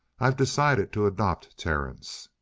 i've decided to adopt terence!